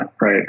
Right